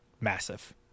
massive